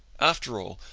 after all,